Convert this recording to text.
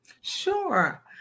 Sure